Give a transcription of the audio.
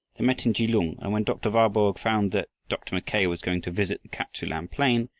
they met in kelung, and when dr. warburg found that dr. mackay was going to visit the kap-tsu-lan plain,